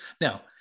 Now